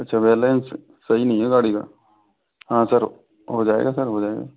अच्छा बैलन्स सही नहीं है गाड़ी का हाँ सर हो जाएगा सर हो जाएगा